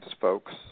folks